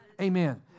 Amen